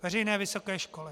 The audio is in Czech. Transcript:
Veřejné vysoké školy.